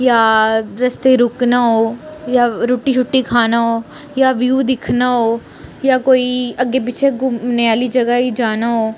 जां रास्ते रुकना ओ जां रुट्टी शुट्टी खाना ओ जां व्यू दिक्खना ओ जां कोई अग्गें पिच्छें घूमने आह्ली जगह् ई जाना ओ